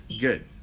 Good